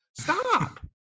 stop